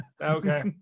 Okay